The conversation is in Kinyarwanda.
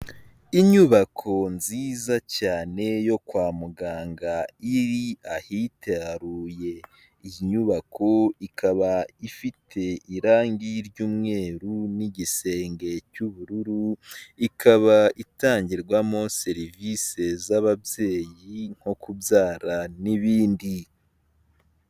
Inyubako nziza cyane yo kwa muganga iri ahitaruye iyi nyubako ikaba ifite irangi ry'umweru n'igisenge cy'ubururu ikaba itangirwamo serivisi z'ababyeyi nko kubyara n'ibindi.